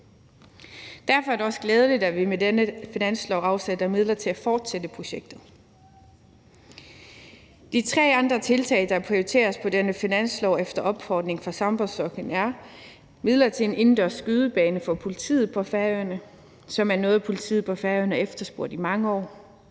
Derfor er det også glædeligt, at vi med dette finanslovsforslag afsætter midler til at fortsætte projektet. De tre andre tiltag, der prioriteres i dette finanslovsforslag efter opfordring fra Sambandsflokkurin er: Der afsættes midler til en indendørs skydebane for politiet på Færøerne, som er noget, politiet på Færøerne har efterspurgt i mange år.